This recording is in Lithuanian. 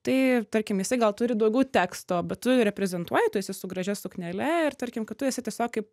tai tarkim jisai gal turi daugiau teksto bet tu reprezentuoji tu esi su gražia suknele ir tarkim kad tu esi tiesiog kaip